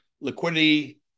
liquidity